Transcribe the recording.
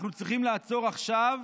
אנחנו צריכים לעצור עכשיו,